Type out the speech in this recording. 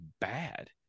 bad